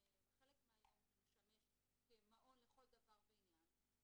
שבחלק מהיום זה משמש כמעון לכל דבר ועניין,